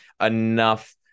enough